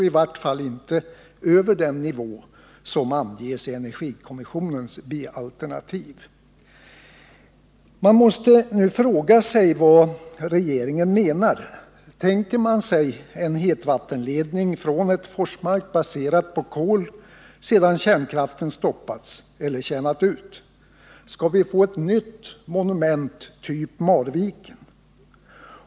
I varje fall bör inte den nivå överskridas som har angetts i energikommissionens B-alternativ. Man måste nu fråga sig vad regeringen menar. Tänker man sig en hetvattenledning från ett Forsmark baserat på kol sedan kärnkraften stoppats eller tjänat ut? Skall vi få ett nytt monument typ Marviken?